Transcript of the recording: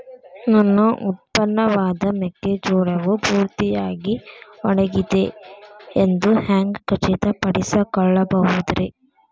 ನನ್ನ ಉತ್ಪನ್ನವಾದ ಮೆಕ್ಕೆಜೋಳವು ಪೂರ್ತಿಯಾಗಿ ಒಣಗಿದೆ ಎಂದು ಹ್ಯಾಂಗ ಖಚಿತ ಪಡಿಸಿಕೊಳ್ಳಬಹುದರೇ?